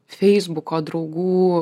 feisbuko draugų